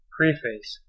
Preface